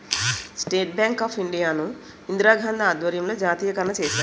state bank of India ను ఇందిరాగాంధీ ఆధ్వర్యంలో జాతీయకరణ చేశారు